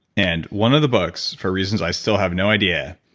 and one of the books, for reasons i still have no idea,